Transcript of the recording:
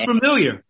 familiar